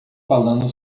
falando